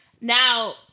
Now